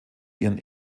ihren